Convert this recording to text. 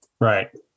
Right